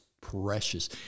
precious